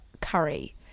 curry